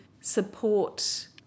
support